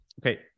Okay